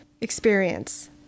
experience